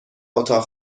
اتاق